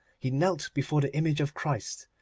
he knelt before the image of christ,